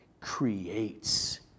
creates